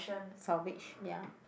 salvage ya